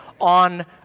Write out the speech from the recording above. on